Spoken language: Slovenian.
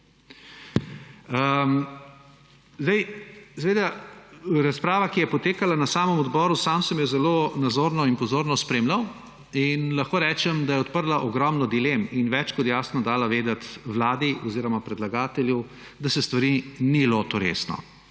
Razprava, ki je potekala na samem odboru, sam sem jo zelo nazorno in pozorno spremljal in lahko rečem, da je odprla ogromno dilem in je več kot jasno dala vedeti Vladi oziroma predlagatelju, da se stvari ni lotil resno.